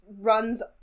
runs